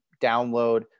download